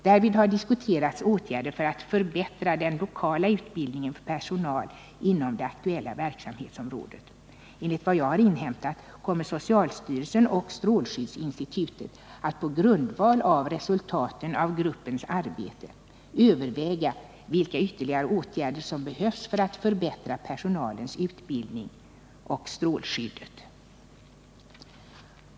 Därvid har diskuterats åtgärder för att förbättra den lokala utbildningen för personal inom det aktuella verksamhetsområdet. Enligt vad jag har inhämtat kommer socialstyrelsen och strålskyddsinstitutet att på grundval av resultaten av gruppens arbete överväga vilka ytterligare åtgärder som behövs för att förbättra personalens utbildning och strålskyddet.